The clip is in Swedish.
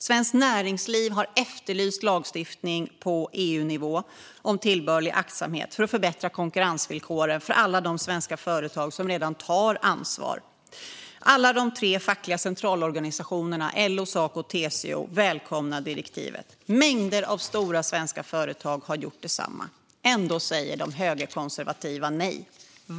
Svenskt Näringsutskottetringsliv har efterlyst lagstiftning på EU-nivå om tillbörlig aktsamhet för att förbättra konkurrensvillkoren för alla de svenska företag som redan tar ansvar. Alla de tre fackliga centralorganisationerna - LO, Saco och TCO - välkomnar direktivet. Mängder av stora svenska företag har gjort detsamma. Ändå säger de högerkonservativa nej.